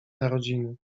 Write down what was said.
narodziny